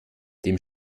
dem